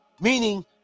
Meaning